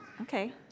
Okay